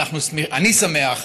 אני שמח,